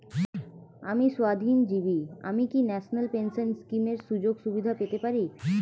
আমি স্বাধীনজীবী আমি কি ন্যাশনাল পেনশন স্কিমের সুযোগ সুবিধা পেতে পারি?